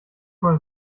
man